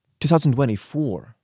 2024